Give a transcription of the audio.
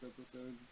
episode